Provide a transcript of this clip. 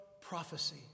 prophecy